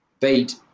beat